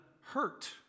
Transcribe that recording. hurt